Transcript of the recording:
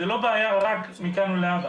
זה לא רק מכאן ולהבא.